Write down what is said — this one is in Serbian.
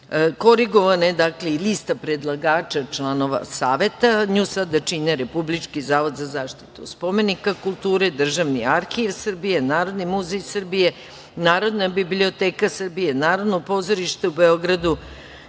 kulturi. Korigovana i lista predlagača članova savet, nju sada čine Republički zavod za zaštitu spomenika kulture, Državni arhiv Srbije, Narodni muzej Srbije, Narodna biblioteka Srbije, Narodno pozorište u Beogradu,